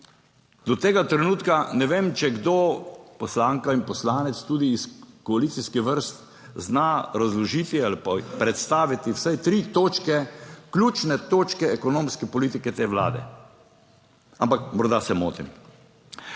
do tega trenutka ne vem, če kdo, poslanka in poslanec, tudi iz koalicijskih vrst, zna razložiti ali pa predstaviti vsaj tri točke, ključne točke ekonomske politike te vlade. Ampak morda se motim.